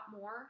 more